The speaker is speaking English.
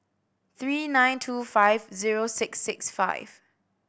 three nine two five zero six six five